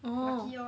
oh